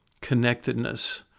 connectedness